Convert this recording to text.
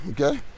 okay